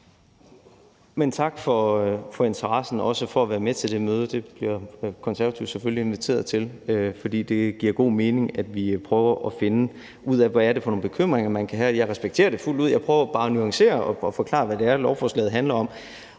Tak for interessen for også at ville være med til det møde; det bliver Konservative selvfølgelig inviteret til, fordi det giver god mening, at vi prøver at finde ud af, hvad det er for nogle bekymringer, man kan have. Jeg respekterer det fuldt ud; jeg prøver bare at nuancere det og forklare, hvad det er, lovforslaget handler om.